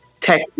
tech